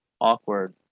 awkward